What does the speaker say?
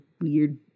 weird